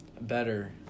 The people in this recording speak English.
better